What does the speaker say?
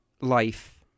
life